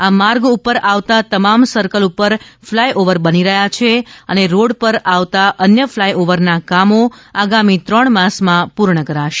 આ માર્ગ પર આવતા તમામ સર્કલ પર ફ્લાયઓવર બની રહ્યા છે અને રોડ પર આવતા અન્ય ફ્લાયઓવરના કામો આગામી ત્રણ માસમાં પૂર્ણ કરાશે